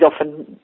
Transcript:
often